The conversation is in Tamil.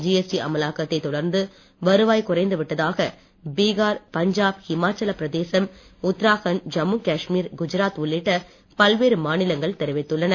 ஜிஎஸ்டி அமலாக்கத்தை தொடர்ந்து வருவாய் குறைந்து விட்டதாக பீகார் பஞ்சாப் இமாச்சலபிரதேசம் உத்தராகண்ட் ஜம்மு காஷ்மீர் குஜராத் உள்ளிட்ட பல்வேறு மாநிலங்கள் தெரிவித்துள்ளன